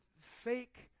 fake